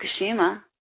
Fukushima